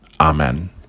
Amen